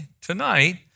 tonight